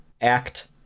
act